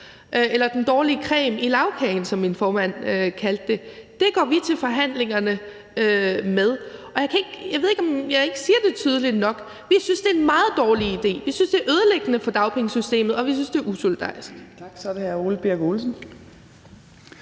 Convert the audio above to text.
eller den dårlige creme i lagkagen, som min formand kaldte det. Det går vi til forhandlingerne med. Og jeg ved ikke, om jeg ikke siger det tydeligt nok: Vi synes, det er en meget dårlig idé, vi synes, det er ødelæggende for dagpengesystemet, og vi synes, det er usolidarisk.